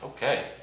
Okay